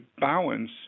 balance